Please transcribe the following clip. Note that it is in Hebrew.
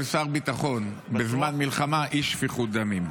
שר ביטחון בזמן מלחמה היא שפיכות דמים.